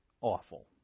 awful